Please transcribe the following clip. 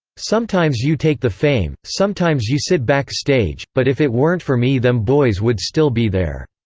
sometimes you take the fame, sometimes you sit back stage, but if it weren't for me them boys would still be there.